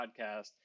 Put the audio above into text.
podcast